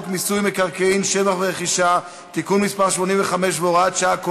מיסוי מקרקעין (שבח ורכישה) (תיקון מס' 85 והוראת שעה),